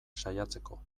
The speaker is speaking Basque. saiatzeko